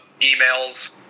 emails